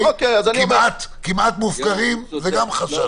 כמעט מופקרים, זה גם חשש.